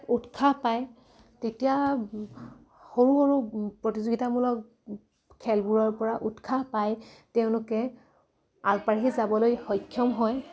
উৎসাহ পায় তেতিয়া সৰু সৰু প্ৰতিযোগিতামূলক খেলবোৰৰ পৰা উৎসাহ পায় তেওঁলোকে আগবাঢ়ি যাবলৈ সক্ষম হয়